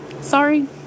Sorry